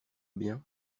bien